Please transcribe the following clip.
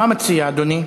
מה מציע אדוני?